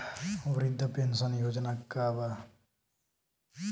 वृद्ध पेंशन योजना का बा?